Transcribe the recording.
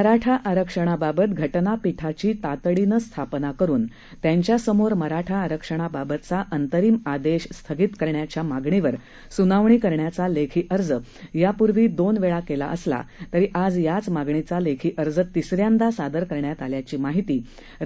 मराठा आरक्षणाबाबत घटनापिठाची तातडीने स्थापना करून त्यांच्यासमोर मराठा आरक्षणाबाबतचा अंतरिम आदेश स्थगित करण्याच्या मागणीवर सुनावणी करण्याचा लेखी अर्ज यापूर्वी दोन वेळा केलेला असला तरी आज याच मागणीचा लेखी अर्ज तिसऱ्यांदा सादर करण्यात आल्याची माहिती